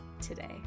today